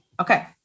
Okay